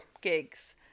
gigs